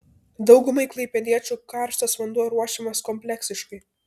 daugumai klaipėdiečių karštas vanduo ruošiamas kompleksiškai